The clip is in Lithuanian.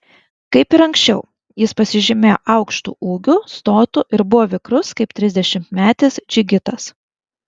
kaip ir anksčiau jis pasižymėjo aukštu ūgiu stotu ir buvo vikrus kaip trisdešimtmetis džigitas